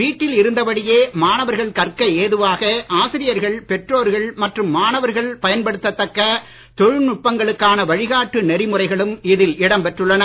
வீட்டில் இருந்தபடியே மாணவர்கள் கற்க ஏதுவாக ஆசிரியர்கள் பெற்றோர்கள் மற்றும் மாணவர்கள் பயன்படுத்த தக்க தொழில்நுட்பங்களுக்கான வழிகாட்டு நெறிமுறைகளும் இதில் இடம்பெற்றுள்ளன